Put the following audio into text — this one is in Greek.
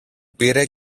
πήρε